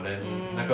mm